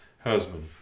husband